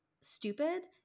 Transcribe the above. stupid